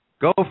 go